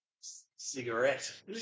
cigarette